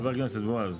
חבר הכנסת בועז,